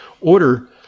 order